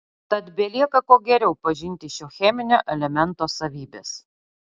tad belieka kuo geriau pažinti šio cheminio elemento savybes